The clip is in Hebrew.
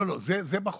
לא, זה בחוק.